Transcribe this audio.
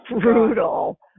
brutal